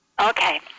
Okay